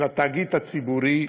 של התאגיד הציבורי,